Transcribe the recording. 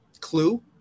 Clue